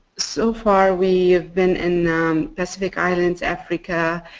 so far we've been in pacific islands, africa,